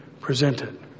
presented